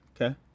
Okay